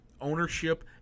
ownership